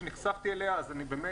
אני נחשפתי לבעיה הזו.